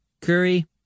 Curry